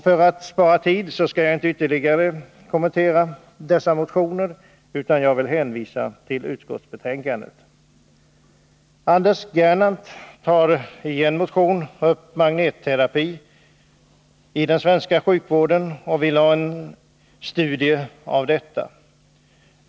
För att spara tid skall jag inte ytterligare kommentera dessa motioner utan vill hänvisa till utskottsbetänkandet. Anders Gernandt tar i en motion upp magnetterapi i den svenska sjukvården och vill ha en studie av detta.